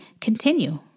continue